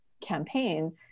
campaign